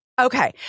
Okay